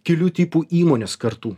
kelių tipų įmones kartu